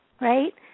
right